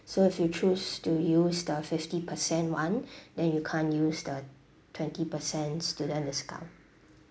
so if you choose to use the fifty percent one then you can't use the twenty percent student discount